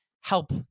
help